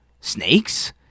Snakes